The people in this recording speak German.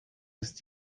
ist